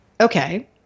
okay